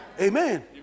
Amen